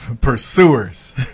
Pursuers